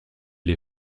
les